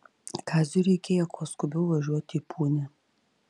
kaziui reikėjo kuo skubiau važiuot į punią